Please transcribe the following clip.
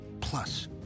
plus